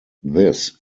this